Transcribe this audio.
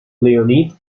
leonid